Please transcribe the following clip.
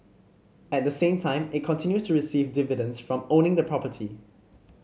at the same time it continues to receive dividends from owning the property